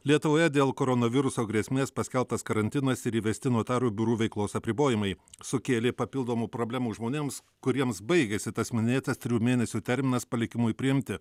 lietuvoje dėl koronaviruso grėsmės paskelbtas karantinas ir įvesti notarų biurų veiklos apribojimai sukėlė papildomų problemų žmonėms kuriems baigėsi tas minėtas trijų mėnesių terminas palikimui priimti